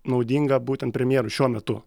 naudinga būtent premjerui šiuo metu